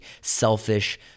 selfish